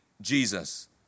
Jesus